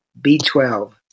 B12